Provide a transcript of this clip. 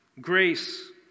grace